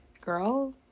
girl